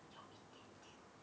有一点点